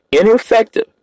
ineffective